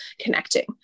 connecting